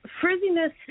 frizziness